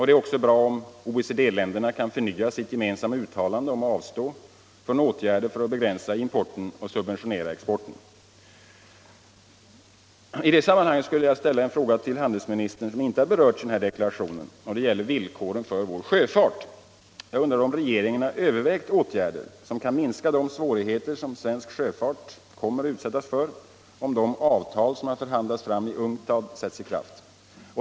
Det är också bra om OECD-länderna kan förnya sitt gemensamma uttalande om att avstå från åtgärder för att begränsa importen och subventionera exporten. I det sammanhanget skulle jag vilja fråga handelsministern en sak som inte berörs i deklarationen, och den gäller villkoren för vår sjöfart. Har regeringen övervägt åtgärder som kan minska de svårigheter som svensk sjöfart kommer att utsättas för om de avtal som förhandlas fram i UNCTAD sätts i kraft?